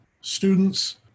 students